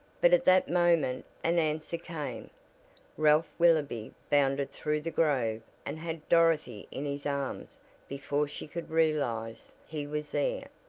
but at that moment an answer came ralph willoby bounded through the grove and had dorothy in his arms before she could realize he was there!